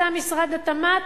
משרד התמ"ת,